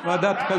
ועדת חוקה?